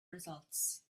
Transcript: results